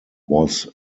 was